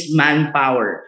manpower